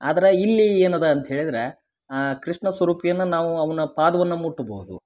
ಆದ್ರ ಇಲ್ಲಿ ಏನದು ಅಂತ ಹೇಳಿದ್ರ ಕೃಷ್ಣ ಸ್ವರೂಪಿಯನ್ನ ನಾವು ಅವನ ಪಾದವನ್ನ ಮುಟ್ಬೋದು